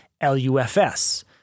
LUFS